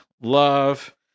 love